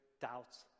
doubts